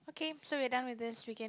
okay so we're done with this we can